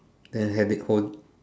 then have it hold